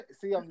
See